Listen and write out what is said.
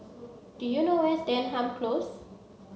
do you know where is Denham Close